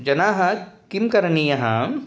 जनाः किं करणीयं